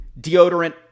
deodorant